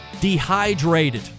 dehydrated